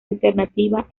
alternativa